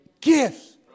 gifts